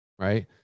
Right